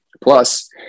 Plus